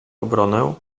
obronę